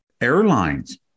airlines